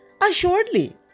Assuredly